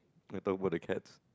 metal wood